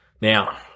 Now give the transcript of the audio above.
Now